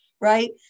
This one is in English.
right